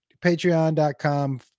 Patreon.com